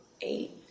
eight